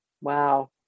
Wow